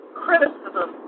criticism